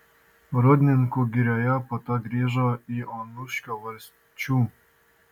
rūdninkų girioje po to grįžo į onuškio valsčių